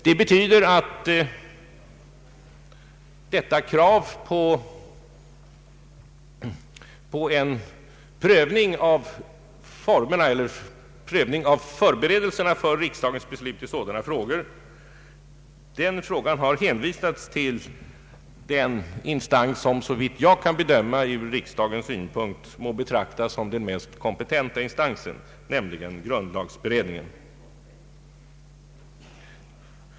Det betyder att frågan om möjligheter att delta i förberedelserna för riksdagsbeslut i ärenden av detta slag har hänvisats till den instans som såvitt jag kan förstå från riksdagens synpunkt måste betraktas som den mest kompetenta instansen, nämligen grundlagberedningen.